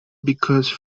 because